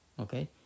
Okay